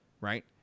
Right